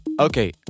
Okay